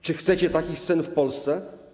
Czy chcecie takich scen w Polsce?